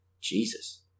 Jesus